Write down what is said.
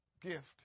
gift